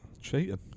Cheating